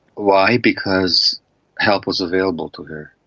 why? because help was available to her.